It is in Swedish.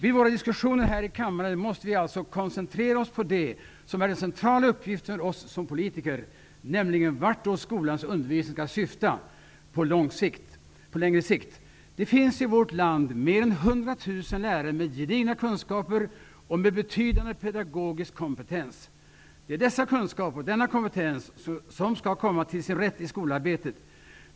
Vid våra diskussioner här i kammaren måste vi alltså koncentrera oss på det som är den centrala uppgiften för oss som politiker, nämligen vartåt skolans undervisning skall syfta på längre sikt. Det finns i vårt land mer än 100 000 lärare med gedigna kunskaper och med betydande pedagogisk kompetens. Det är dessa kunskaper och denna kompetens som skall komma till sin rätt i skolarbetet.